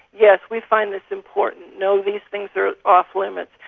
yes we find this important, no these things are off-limits,